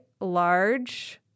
large